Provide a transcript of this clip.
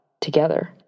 together